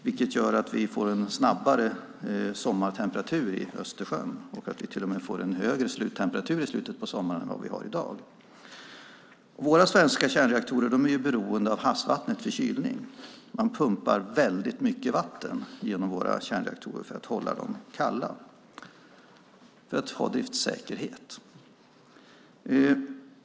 Det gör att vi snabbare får sommartemperatur i Östersjön och till och med en högre sluttemperatur i slutet av sommaren än vi nu har. Kärnreaktorerna i Sverige är beroende av havsvatten för kylning. Man pumpar väldigt mycket vatten genom våra kärnreaktorer för att hålla dem kalla och ha driftssäkerhet.